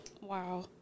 Wow